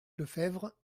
lefebvre